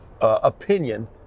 opinion